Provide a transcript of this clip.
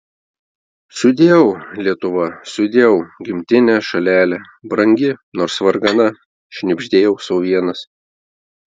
sudieu lietuva sudieu gimtine šalele brangi nors vargana šnibždėjau sau vienas